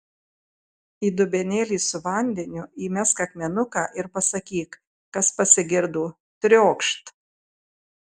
į dubenėlį su vandeniu įmesk akmenuką ir pasakyk kas pasigirdo triokšt